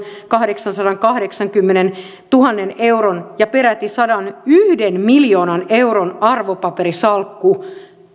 kahdeksansadankahdeksankymmenentuhannen euron ja peräti sadanyhden miljoonan euron arvopaperisalkku